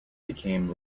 became